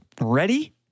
Ready